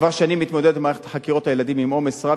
כבר שנים מתמודדת מערכת חקירות הילדים עם עומס רב,